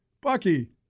Bucky